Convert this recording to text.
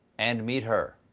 and meet her.